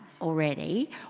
already